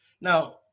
Now